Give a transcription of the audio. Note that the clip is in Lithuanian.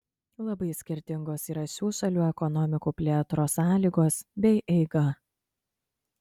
labai skirtingos yra šių šalių ekonomikų plėtros sąlygos bei eiga